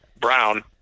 Brown